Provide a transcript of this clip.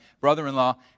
brother-in-law